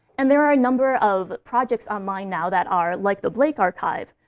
and there are a number of projects online now that are, like the blake archive,